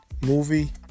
movie